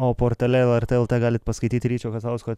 o portale lrt lt galit paskaityti ryčio kazlausko